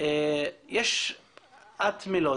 את מלוד,